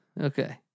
Okay